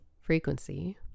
frequency